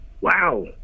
wow